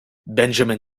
benjamin